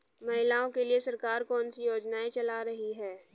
महिलाओं के लिए सरकार कौन सी योजनाएं चला रही है?